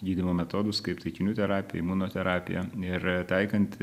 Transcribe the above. gydymo metodus kaip taikinių terapija imunoterapija ir taikant